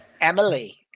Emily